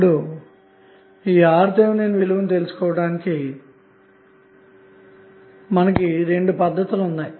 ఇప్పుడుRTh విలువను తెలుసుకోవడానికిరెండు పద్ధతులు కలవు